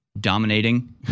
dominating